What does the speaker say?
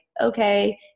okay